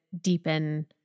deepen